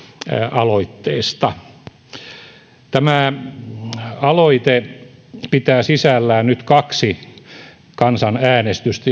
aloitteesta tämä aloite pitää sisällään nyt kaksi kansanäänestystä